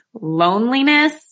loneliness